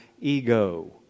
ego